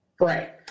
Right